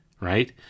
right